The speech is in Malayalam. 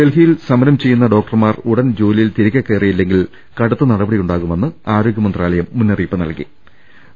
ഡൽഹിയിൽ സമരം ചെയ്യുന്ന ഡോക്ടർമാർ ഉടൻ ജോലിയിൽ തിരികെ കയറിയില്ലെങ്കിൽ കടുത്ത നട പടിയുണ്ടാകുമെന്ന് ആരോഗ്യ മന്ത്രാലയം മുന്നറിയിപ്പ് നൽകിയിട്ടുണ്ട്